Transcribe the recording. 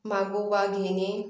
मागोवा घेणे